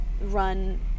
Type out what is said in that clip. run